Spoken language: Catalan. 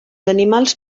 animals